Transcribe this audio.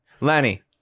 Lanny